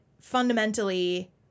fundamentally